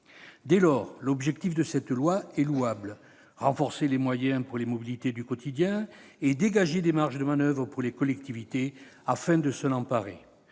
Dès lors, ce projet de loi vise un objectif louable : renforcer les moyens pour les mobilités du quotidien et dégager des marges de manoeuvre pour les collectivités afin de s'en emparer.